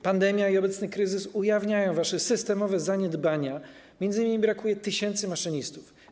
Pandemia i obecny kryzys ujawniają wasze systemowe zaniedbania, m.in. brakuje tysięcy maszynistów.